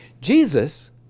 Jesus